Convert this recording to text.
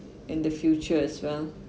in the future as well